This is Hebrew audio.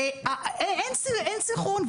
אין סנכרון.